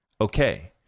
Okay